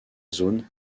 zone